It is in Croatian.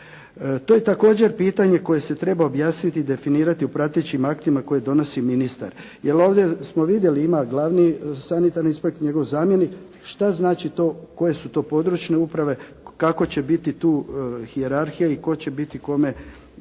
To je također pitanje koje se treba objasniti i definirati u pratećim aktima koje donosi ministar jer ovdje smo vidjeli ima glavni sanitarni inspektor, njegov zamjenik, šta znači to koje su to područne uprave, kako će biti tu hijerarhija i tko će biti kome